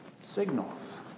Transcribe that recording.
signals